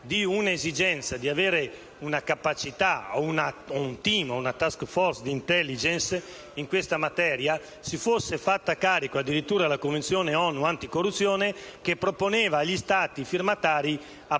dell'esigenza di avere una capacità, un *team* o una *task force* di*intelligence* in questa materia si fosse fatta carico addirittura la Convenzione ONU anticorruzione, che proponeva agli Stati firmatari